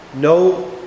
No